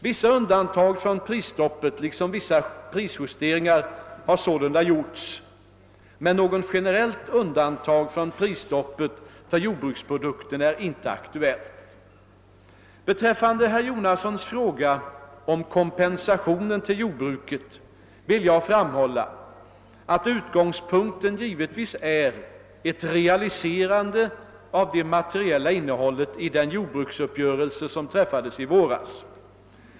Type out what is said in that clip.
Vissa undantag från prisstoppet liksom vissa prisjusteringar har sålunda gjorts, men något generellt undantag från prisstoppet för jordbruksprodukterna är inte aktuellt. Beträffande herr Jonassons fråga om kompensationen till jordbruket vill jag framhålla att utgångspunkten givetvis är ett realiserande av det materiella innehållet i den jordbruksuppgörelse som träffades i våras.